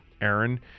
Aaron